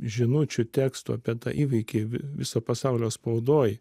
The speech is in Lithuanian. žinučių tekstų apie tą įvykį vi viso pasaulio spaudoj